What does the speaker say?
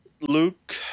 Luke